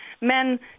men